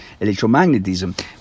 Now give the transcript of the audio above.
electromagnetism